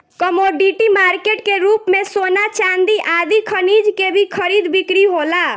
commodity market के रूप में सोना चांदी आदि खनिज के भी खरीद बिक्री होला